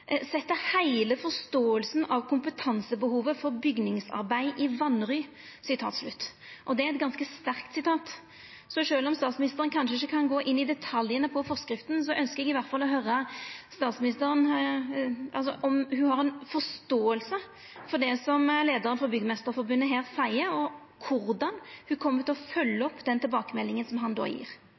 forståelsen av kompetansebehovet for bygningsarbeid i vanry.» Det er eit ganske sterkt sitat. Sjølv om statsministeren kanskje ikkje kan gå inn i detaljane i forskrifta, ønskjer eg i alle fall å høyra om statsministeren har ei forståing for det leiaren for Byggmesterforbundet seier, og korleis ho kjem til å følgja opp tilbakemeldinga som han